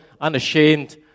Unashamed